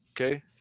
okay